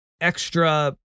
extra